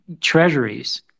treasuries